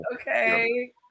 okay